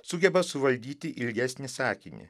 sugeba suvaldyti ilgesnį sakinį